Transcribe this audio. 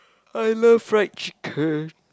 I love fried chicken